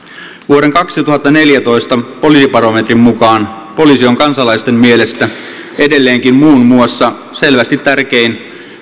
vuoden kaksituhattaneljätoista poliisibarometrin mukaan poliisi on kansalaisten mielestä edelleenkin muun muassa selvästi tärkein